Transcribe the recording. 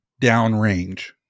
downrange